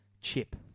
chip